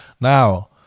Now